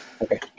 Okay